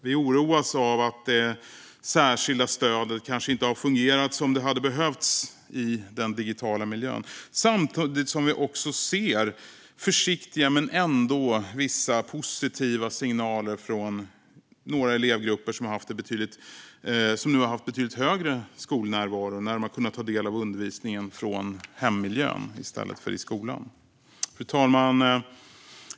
Vi oroas av att det särskilda stödet kanske inte har fungerat som det hade behövts i den digitala miljön. Samtidigt ser vi försiktiga men ändå vissa positiva signaler från några elevgrupper som nu har haft en betydligt större skolnärvaro när de har kunnat ta del av undervisningen från hemmiljön i stället för i skolan. Fru talman!